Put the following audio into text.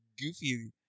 goofy